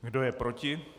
Kdo je proti?